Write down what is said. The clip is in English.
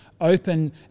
open